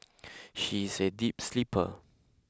she is a deep sleeper